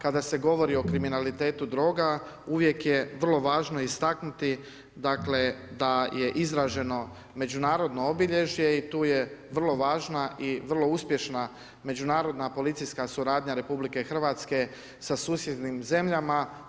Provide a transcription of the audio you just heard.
Kada se govori o kriminalitetu droga uvijek je vrlo važno istaknuti dakle da je izraženo međunarodno obilježje i tu je vrlo važna i vrlo uspješna međunarodna policijska suradnja RH sa susjednim zemljama.